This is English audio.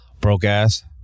Broke-ass